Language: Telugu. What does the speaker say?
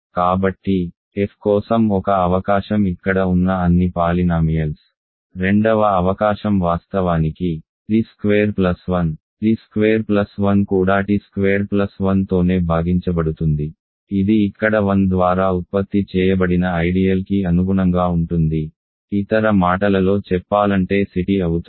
కాబట్టి f కోసం ఒక అవకాశం ఇక్కడ ఉన్న అన్ని పాలినామియల్స్ రెండవ అవకాశం వాస్తవానికి t square plus 1 t square plus 1 కూడా t స్క్వేర్డ్ ప్లస్ 1 తోనే భాగించబడుతుంది ఇది ఇక్కడ 1 ద్వారా ఉత్పత్తి చేయబడిన ఐడియల్ కి అనుగుణంగా ఉంటుంది ఇతర మాటలలో చెప్పాలంటే C t అవుతుంది